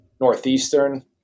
Northeastern